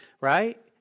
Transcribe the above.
right